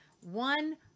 one